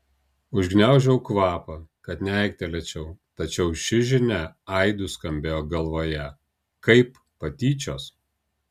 užgniaužiau kvapą kad neaiktelėčiau tačiau ši žinia aidu skambėjo galvoje kaip patyčios